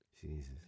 Jesus